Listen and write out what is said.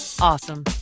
awesome